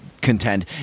contend